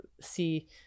see